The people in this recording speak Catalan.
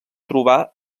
trobar